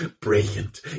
Brilliant